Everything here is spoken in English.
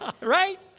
Right